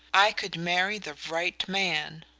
i could marry the right man,